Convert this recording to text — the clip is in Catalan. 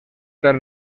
per